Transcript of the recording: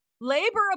labor